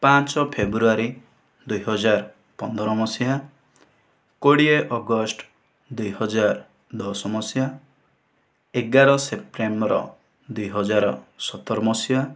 ପାଞ୍ଚ ଫେବୃଆରୀ ଦୁଇ ହଜାର ପନ୍ଦର ମସିହା କୋଡ଼ିଏ ଅଗଷ୍ଟ ଦୁଇ ହଜାର ଦଶ ମସିହା ଏଗାର ସେପ୍ଟେମ୍ବର ଦୁଇ ହଜାର ସତର ମସିହା